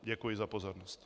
Děkuji za pozornost.